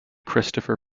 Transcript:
christopher